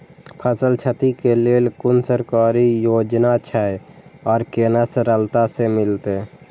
फसल छति के लेल कुन सरकारी योजना छै आर केना सरलता से मिलते?